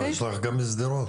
צריך גם בשדרות.